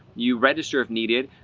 you register if needed,